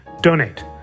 donate